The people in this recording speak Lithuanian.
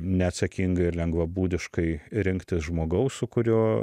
neatsakingai ir lengvabūdiškai rinktis žmogaus su kurio